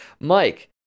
Mike